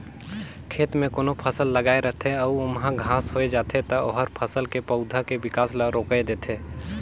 खेत में कोनो फसल लगाए रथे अउ ओमहा घास होय जाथे त ओहर फसल के पउधा के बिकास ल रोयक देथे